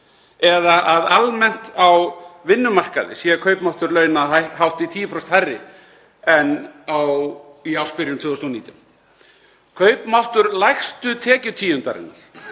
Eða að almennt á vinnumarkaði sé kaupmáttur launa hátt í 10% hærri en í ársbyrjun 2019? Kaupmáttur lægstu tekjutíundarinnar